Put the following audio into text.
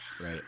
Right